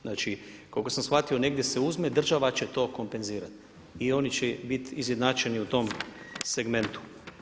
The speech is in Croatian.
Znači koliko sam shvatio, negdje se uzme, države će to kompenzirati i oni će biti izjednačeni u tom segmentu.